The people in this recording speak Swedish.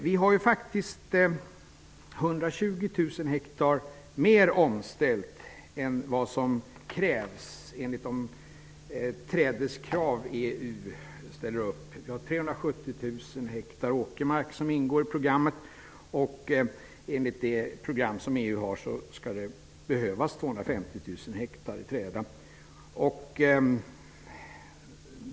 Vi har faktiskt 120 000 hektar mer omställt än vad som krävs enligt de trädeskrav EU ställer upp. Enligt det program som EU har skall det behövas 250 000 hektar i träda.